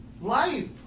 Life